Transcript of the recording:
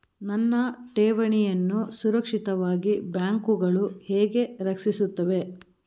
ನನ್ನ ಠೇವಣಿಯನ್ನು ಸುರಕ್ಷಿತವಾಗಿ ಬ್ಯಾಂಕುಗಳು ಹೇಗೆ ರಕ್ಷಿಸುತ್ತವೆ?